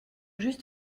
juste